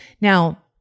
Now